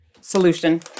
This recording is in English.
solution